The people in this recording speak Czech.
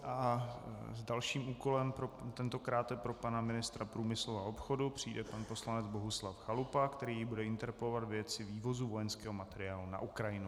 S dalším úkolem, tentokrát pro pana ministra průmyslu a obchodu, přijde pan poslanec Bohuslav Chalupa, který bude interpelovat ve věci vývozu vojenského materiálu na Ukrajinu.